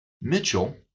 Mitchell